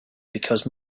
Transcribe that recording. because